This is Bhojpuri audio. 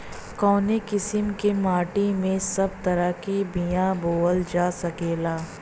कवने किसीम के माटी में सब तरह के बिया बोवल जा सकेला?